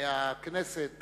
מהכנסת,